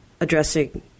addressing